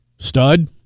Stud